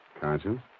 Conscience